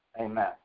Amen